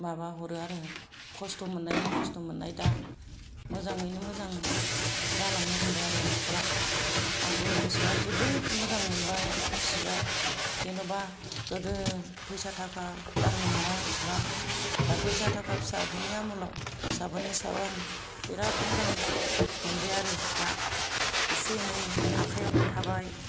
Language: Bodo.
माबा हरो आरो खस्थ' मोननायनि खस्थ' मोननाय दा मोजाङैनो मोजां जालांनो हमबाय आरो नखरा आंबो गोसोआ जोबोद मोजां मोनबाय खुसिबाय जेनबा गोदो फैसा थाखा दांनो मोना एसेबां दा फैसा थाखा फिसाफोरनि आमोलाव फिसाफोरनि सायाव आं बिराद मोजां मोनबाय आरो दा एसे एनै आखायावबो थाबाय